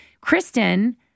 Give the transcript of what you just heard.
Kristen